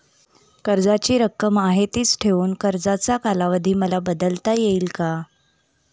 कर्जाची रक्कम आहे तिच ठेवून कर्जाचा कालावधी मला बदलता येईल का?